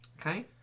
Okay